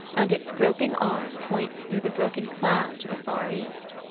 and its groping arm points through the broken cloud to the far east,